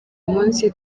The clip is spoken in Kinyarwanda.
munsi